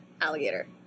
alligator